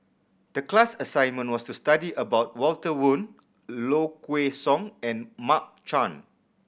the class assignment was to study about Walter Woon Low Kway Song and Mark Chan